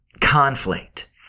conflict